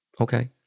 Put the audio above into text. Okay